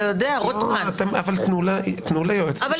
תנו ליועץ המשפטי לדבר.